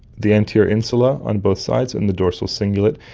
the anterior insula on both sides, and the dorsal cingulate,